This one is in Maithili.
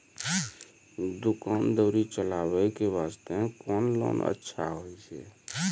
दुकान दौरी चलाबे के बास्ते कुन लोन अच्छा होय छै?